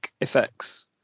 effects